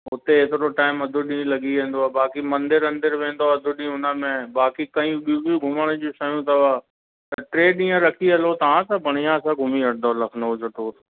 उते एतिरो टाइम अधु ॾींहुं लॻी वेंदो आहे बाक़ी मंदरु वंदिर वेंदो अधु ॾींहुं उन मे बाक़ी कई ॿियूं बि घुमण जूं शयूं तव त टे ॾींअं रखी हलो तव्हां सां बढ़ियां सां घुमी वठंदो लखनऊ जो टूर